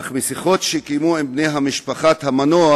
אך משיחות שקיימו עם בני משפחת המנוח